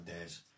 days